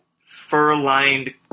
fur-lined